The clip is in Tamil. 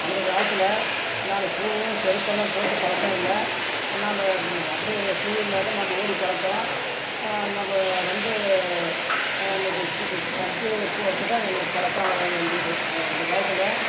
அந்தக் காலத்தில் நாங்கள் ஷூவும் செருப்பெல்லாம் போட்டு பழக்கம் இல்லை நாம்ம அப்படியே ஷூ இல்லாத நாம்ம ஓடிப் பழக்கம் நாம்ம வந்து இந்த டீ ஷர்ட்டு போட்டு தான் எங்களுக்குப் பழக்கம் அந்தக் காலத்தில்